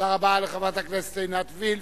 תודה רבה לחברת הכנסת עינת וילף.